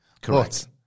correct